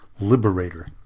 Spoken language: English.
Liberator